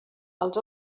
els